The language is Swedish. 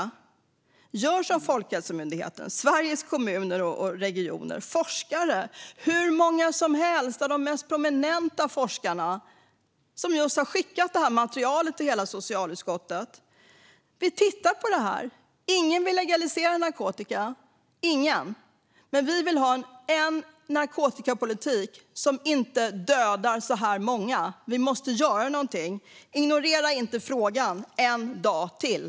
Vi gör som Folkhälsomyndigheten, Sveriges Kommuner och Regioner och hur många som helst av de mest prominenta forskarna som just har skickat det här materialet till hela socialutskottet och tittar på det här. Ingen vill legalisera narkotika, ingen. Men vi vill ha en narkotikapolitik som inte dödar så här många. Vi måste göra någonting. Ignorera inte frågan en dag till!